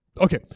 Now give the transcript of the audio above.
Okay